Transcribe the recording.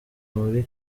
muri